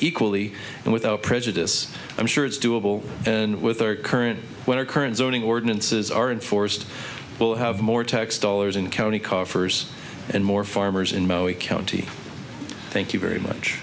equally and without prejudice i'm sure it's doable and with our current one our current zoning ordinances are enforced we'll have more tax dollars in county coffers and more farmers in maui county thank you very much